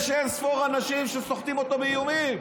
יש אין-ספור אנשים שסוחטים אותו באיומים.